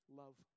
love